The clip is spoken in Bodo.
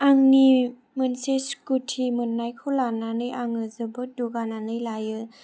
आंनि मोनसे स्कुटि मोननायखौ लानानै आङो जोबोर दुगानानै लायो